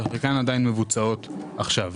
שחלקן עדיין מבוצעות עכשיו,